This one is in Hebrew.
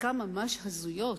חלקן ממש הזויות.